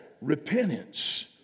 repentance